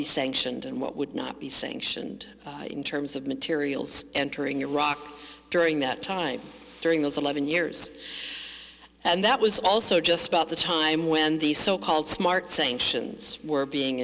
be sanctioned and what would not be sanctioned in terms of materials entering iraq during that time during those eleven years and that was also just about the time when the so called smart sanctions were being